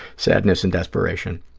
sadness and desperation.